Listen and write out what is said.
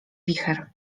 wicher